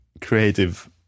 creative